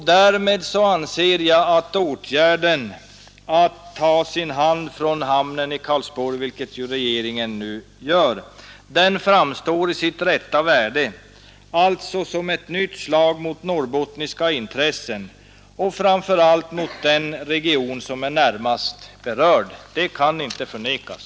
Därmed framstår åtgärden att ta sin hand från hamnen i Karlsborg, vilket regeringen nu gör, i sin rätta dager, alltså som ett nytt slag mot norrbottniska intressen och framför allt mot den region som är närmast berörd. Det kan inte förnekas.